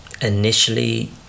initially